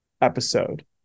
episode